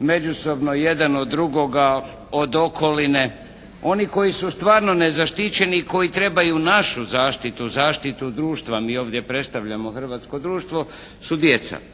međusobno jedan od drugoga, od okoline. Oni koji su stvarno nezaštićeni i koji trebaju našu zaštitu, zaštitu društva. Mi ovdje predstavljamo hrvatsko društvo su djeca